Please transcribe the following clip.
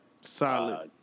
Solid